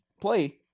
play